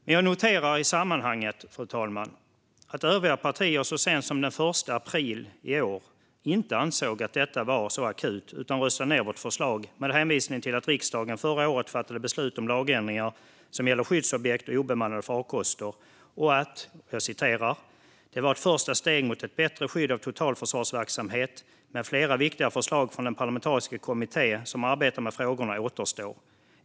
Men jag noterar i sammanhanget, fru talman, att övriga partier så sent som den 1 april i år inte ansåg att detta var så akut utan röstade ned vårt förslag med hänvisning till att riksdagen förra året fattade beslut om lagändringar som gäller skyddsobjekt och obemannade farkoster. Man ansåg vidare: "Det var ett första steg mot ett bättre skydd av totalförsvarsverksamhet, men flera viktiga förslag från den parlamentariska kommitté som arbetat med frågorna återstår.